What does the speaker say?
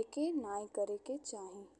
ईके नाहीं करेके चाही।